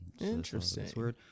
Interesting